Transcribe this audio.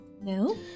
No